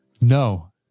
No